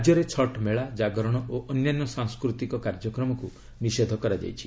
ରାଜ୍ୟରେ ଛଟ୍ ମେଳା ଜାଗରଣ ଓ ଅନ୍ୟାନ୍ୟ ସାଂସ୍କୃତି କାର୍ଯ୍ୟକ୍ରମକୁ ନିଷେଧ କରାଯାଇଛି